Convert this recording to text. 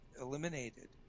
eliminated –